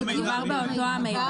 זה בדיוק אותו מידע.